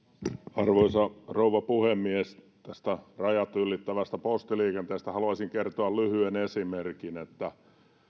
arvoisa rouva puhemies tästä rajat ylittävästä postiliikenteestä haluaisin kertoa lyhyen esimerkin kun tarvitsin